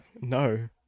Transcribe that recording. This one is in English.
No